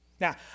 Now